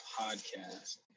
podcast